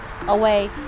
away